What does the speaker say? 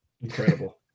incredible